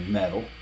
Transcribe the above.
metal